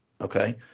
okay